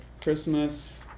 Christmas